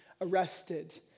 arrested